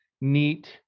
neat